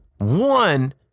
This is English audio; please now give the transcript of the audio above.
One